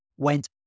Went